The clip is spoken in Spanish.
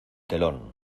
telón